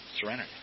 surrender